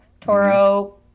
Toro